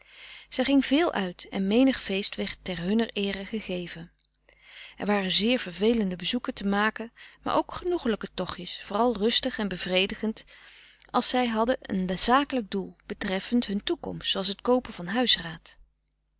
zij ging veel uit en menig feest werd ter hunner eer gegeven er waren zeer vervelende bezoeken te maken maar ook genoegelijke tochtjes vooral rustig en bevredigend als zij hadden een zakelijk doel betreffend hun toekomst zooals het koopen van